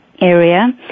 area